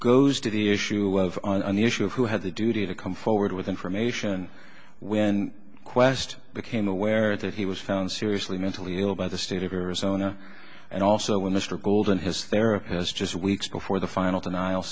goes to the issue of the issue of who had the duty to come forward with information when qwest became aware that he was found seriously mentally ill by the state of arizona and also when mr gould in his therapy has just weeks before the final denial